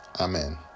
amen